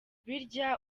birya